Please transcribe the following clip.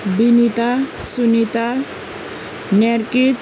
Binita Sunita न्यारकित